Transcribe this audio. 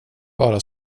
bara